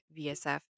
VSF